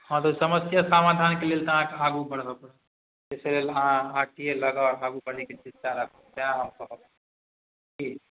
हँ तऽ समस्या समाधानके लेल तऽ अहाँके आगू बढ़बऽ पड़त जाहिसे अहाँ आर टी आइ लगाउ आगू बढ़ैके चिन्ता राखू सएह हम कहब ठीक